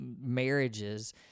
marriages